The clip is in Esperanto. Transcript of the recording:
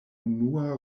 unua